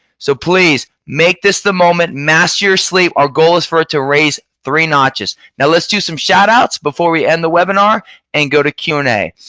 so please, make this the moment. master your sleep our goal is to raise three notches. now let's do some shout outs before we end the webinar and go to q and a